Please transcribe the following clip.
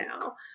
now